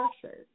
pressure